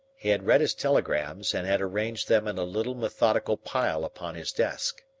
he had read his telegrams and had arranged them in a little methodical pile upon his desk.